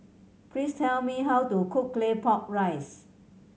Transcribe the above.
please tell me how to cook Claypot Rice